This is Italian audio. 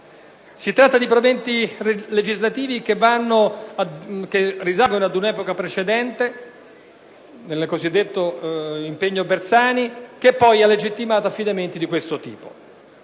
Si tratta di provvedimenti legislativi che risalgono a un'epoca precedente, al cosiddetto impegno Bersani, che ha legittimato affidamenti di questo tipo.